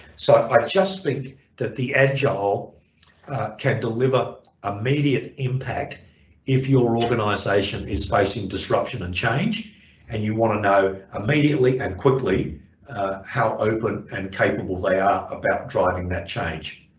so i just think that the agile can deliver immediate impact if your organisation is facing disruption and change and you want to know immediately and quickly how open and capable ah about driving that change,